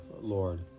Lord